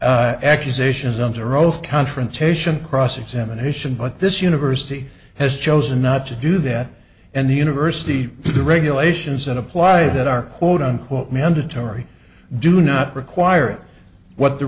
permit accusations under oath confrontation cross examination but this university has chosen not to do that and the university the regulations that apply that are quote unquote mandatory do not require it what the